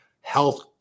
health